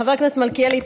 חבר הכנסת מלכיאלי,